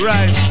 Right